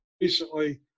recently